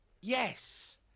Yes